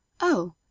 Oh